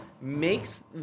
makes